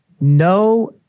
No